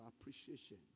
appreciation